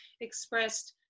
expressed